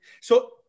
so-